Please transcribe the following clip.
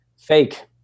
Fake